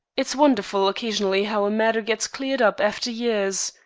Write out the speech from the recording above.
it's wonderful occasionally how a matter gets cleared up after years.